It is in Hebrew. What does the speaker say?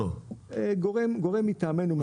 גורם מטעמנו.